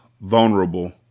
vulnerable